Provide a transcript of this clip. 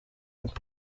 ingwe